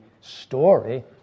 story